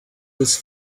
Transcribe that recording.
this